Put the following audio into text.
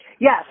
Yes